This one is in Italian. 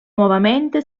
nuovamente